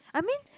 I mean